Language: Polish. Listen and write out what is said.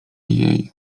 jej